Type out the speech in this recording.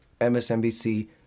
MSNBC